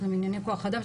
יש להם ענייני כוח אדם,